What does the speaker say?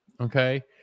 okay